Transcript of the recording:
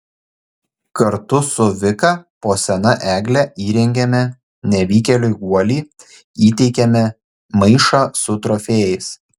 kartu su vika po sena egle įrengiame nevykėliui guolį įteikiame maišą su trofėjais